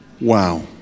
Wow